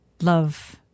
love